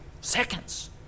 seconds